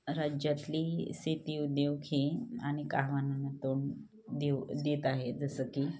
राज्यातली शेती उद्योग हे अनेक आव्हानांना तोंड देऊ देत आहे जसं की